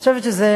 אני חושבת שזה,